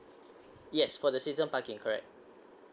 yes for the season parking correct